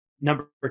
number